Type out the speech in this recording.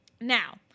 Now